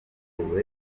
mpamvu